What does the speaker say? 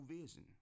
vision